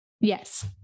Yes